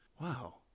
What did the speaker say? Wow